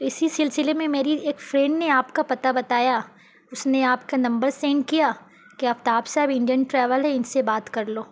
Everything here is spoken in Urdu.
تو اسی سلسلے میں میری ایک فرینڈ نے آپ کا پتہ بتایا اس نے آپ کا نمبر سینڈ کیا کہ آفتاب صاحب انڈین ٹریول ایجنٹ سے بات کر لو